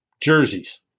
jerseys